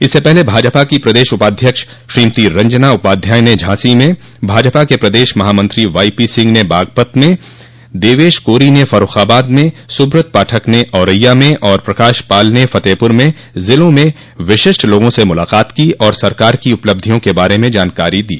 इससे पहले भाजपा की प्रदेश उपाध्यक्ष श्रीमती रंजना उपाध्याय ने झांसी में भाजपा के प्रदेश महामंत्री वाईपी सिंह ने बागपत में देवेश कोरी ने फर्रूखाबाद में सुब्रत पाठक ने औरैया में और प्रकाश पाल ने फतेहपुर में जिलों में विशिष्ट लोगों ने मुलाकात की और सरकार की उपलब्धियों के बारे में जानकारी दी